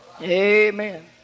Amen